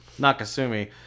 Nakasumi